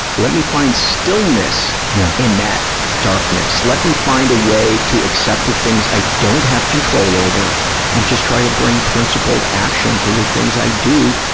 let me find stillness in that darkness. let me find a way to accept the things i don't have control over and just try to bring principled action to the things i do.